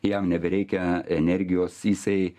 jam nebereikia energijos jisai